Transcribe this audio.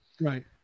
right